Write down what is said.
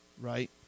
Right